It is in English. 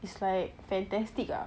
it's like fantastic lah